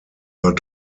not